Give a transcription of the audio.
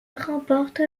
remporte